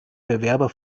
bewerber